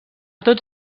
tots